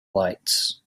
lights